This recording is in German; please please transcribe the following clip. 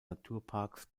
naturparks